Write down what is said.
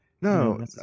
No